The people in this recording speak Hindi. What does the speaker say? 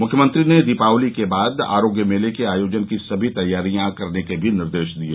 मुख्यमंत्री ने दीपावली के बाद आरोग्य मेले के आयोजन की सभी तैयारियां करने के भी निर्देश दिये